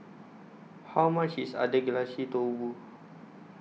How much IS Agedashi Dofu